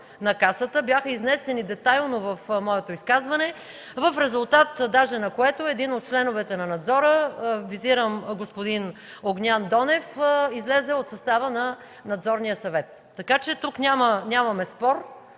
на Касата, бяха изнесени детайлно в моето изказване, в резултат даже на което един от членовете на Надзора, визирам господин Огнян Донев, излезе от състава на Надзорния съвет. Така че тук нямаме спор.